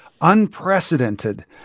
unprecedented